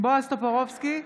בועז טופורובסקי,